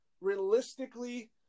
realistically